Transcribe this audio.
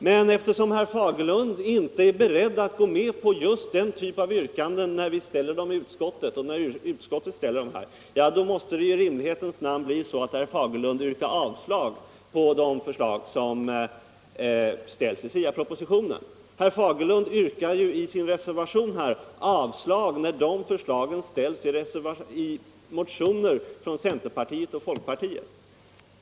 Men eftersom herr Fagerlund inte är beredd att gå med på just den typen av yrkanden, när de ställs i utskottet, måste det i rimlighetens namn bli så att herr Fagerlund yrkar avslag på de förslag som framförts i SIA-propositionen. Herr Fagerlund yrkar ju i sin reservation avslag när de förslagen ställs i motioner från centerpartiet och folkpartiet.